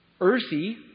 earthy